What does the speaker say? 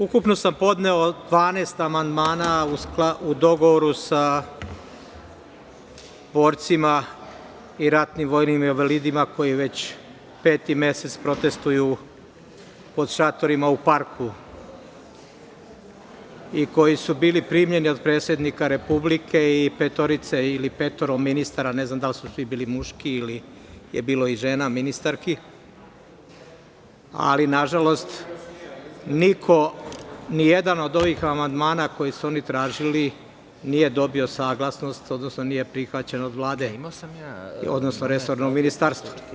Ukupno sam podneo 12 amandmana u dogovoru sa borcima i ratnim vojnim invalidima koji već peti mesec protestuju pod šatorima u parku i koji su bili primljeni od predsednika Republike i petoro ministara, ne znam da li su svi bili muški ili je bilo i žena ministarki, ali na žalost niko, ni jedan od ovih amandman koji su oni tražili nije dobio saglasnost, odnosno nije prihvaćen od Vlade, odnosno resornog ministarstva.